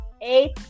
Eight